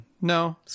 No